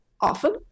often